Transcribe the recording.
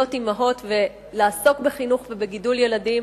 אמהות ולעסוק בחינוך ובגידול ילדים.